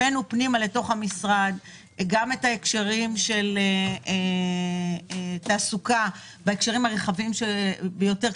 הבאנו פנימה לתוך המשרד גם את ההקשרים של תעסוקה בהקשרים הרחבים ביותר.